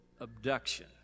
abduction